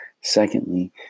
Secondly